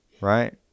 right